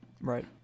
Right